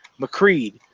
McCreed